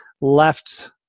left